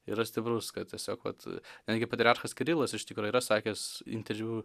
yra stiprus kad tiesiog vat netgi patriarchas kirilas iš tikro yra sakęs interviu